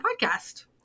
podcast